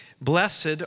Blessed